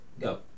Go